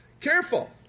careful